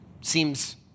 seems